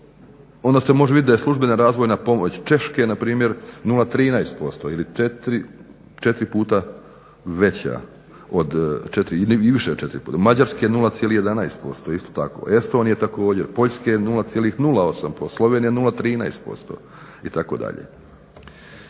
onda se može vidjeti da je službena razvojna pomoć Češke na primjer 0,13% ili 4 puta veća od 4 i više od 4. Mađarske 0,11% isto tako, Estonije također, Poljske 0,08, Slovenije 0,13% itd.